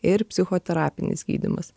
ir psichoterapinis gydymas